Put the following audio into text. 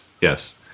yes